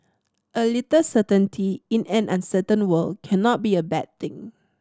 a little certainty in an uncertain world cannot be a bad thing